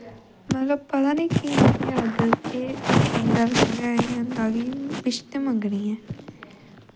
मतलव पता नी की एह् आदत ऐ कि बिश ते मंगनी गै